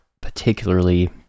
particularly